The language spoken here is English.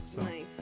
Nice